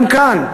גם כאן,